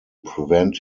prevent